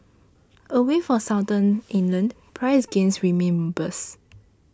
away from Southern England price gains remain robust